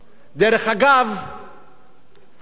זה אותם אנשים, אותם פוליטיקאים,